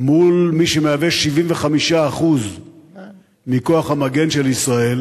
מול מי שמהווה 75% מכוח המגן של ישראל